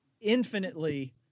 infinitely